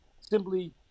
simply